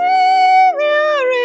Savior